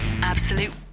Absolute